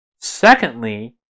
Secondly